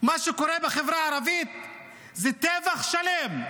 מה שקורה בחברה הערבית זה טבח שלם.